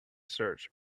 search